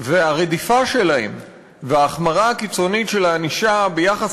והרדיפה שלהם וההחמרה הקיצונית של הענישה ביחס